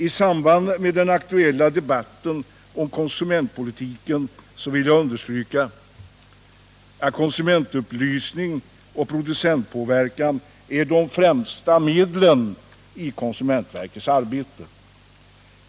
I samband med den aktuella debatten om konsumentpolitiken vill jag understryka att konsumentupplysning och producentpåverkan är de främsta medlen i konsumentverkets arbete.